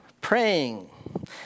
Praying